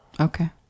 Okay